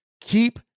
Keep